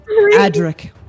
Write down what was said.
Adric